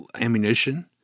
ammunition